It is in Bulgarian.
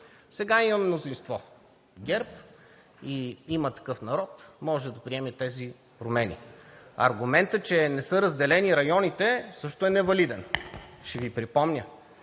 Сега имаме мнозинство. ГЕРБ и „Има такъв народ“ може да приеме тези промени. Аргументът, че не са разделени районите, също е невалиден. Ще Ви припомня